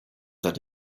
that